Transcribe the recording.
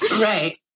Right